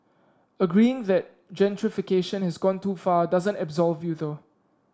agreeing that gentrification has gone too far doesn't absolve you though